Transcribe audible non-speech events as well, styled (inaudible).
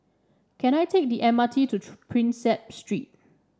can I take the M R T to (unintelligible) Prinsep Street